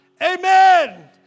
Amen